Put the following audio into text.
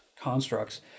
constructs